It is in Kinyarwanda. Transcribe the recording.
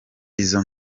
izo